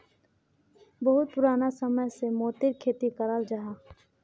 बहुत पुराना समय से मोतिर खेती कराल जाहा